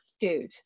good